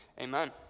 Amen